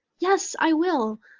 yes, i will.